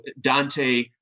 Dante